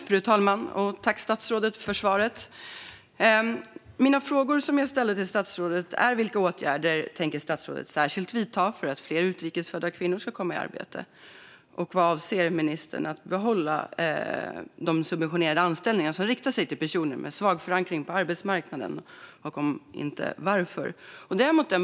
Fru talman! Tack, statsrådet, för svaret! De frågor som jag har ställt till statsrådet är vilka åtgärder statsrådet tänker vidta för att fler utrikes födda kvinnor ska komma i arbete, om ministern avser att behålla de subventionerade anställningar som riktar sig till personer med svag förankring på arbetsmarknaden och, om inte, varför.